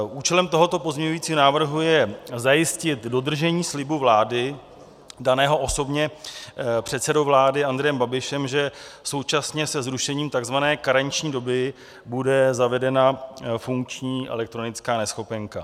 Účelem tohoto pozměňovacího návrhu je zajistit dodržení slibu vlády daného osobně předsedou vlády Andrejem Babišem, že současně se zrušením tzv. karenční doby bude zavedena funkční elektronická neschopenka.